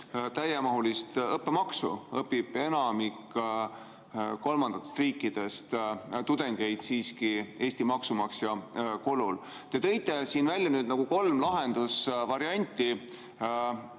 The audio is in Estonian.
täiemahulist õppemaksu, õpib enamik kolmandatest riikidest tudengeid siiski Eesti maksumaksja kulul. Te tõite siin välja kolm lahendusvarianti,